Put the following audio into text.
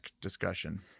discussion